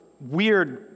weird